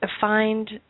find